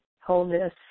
wholeness